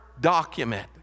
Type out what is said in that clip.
document